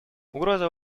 угрозы